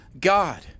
God